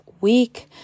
week